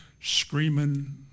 screaming